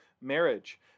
marriage